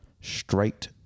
Straight